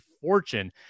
fortune